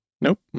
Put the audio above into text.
Nope